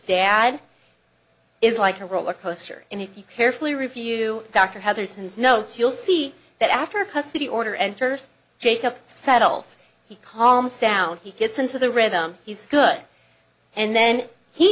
dad is like a roller coaster and if you carefully review dr heather's notes you'll see that after a custody order enters jacob settles he calms down he gets into the rhythm he's good and then he